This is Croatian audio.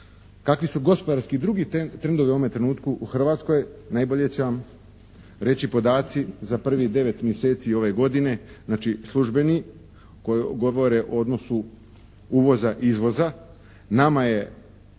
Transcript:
kakvi su gospodarski drugi trendovi u ovom trenutku u Hrvatskoj najbolje će vam reći podaci za prvih 9 mjeseci ove godine, znači službeni koji govore o odnosu uvoza, izvoza. Nama je